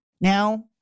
now